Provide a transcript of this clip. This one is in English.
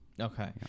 Okay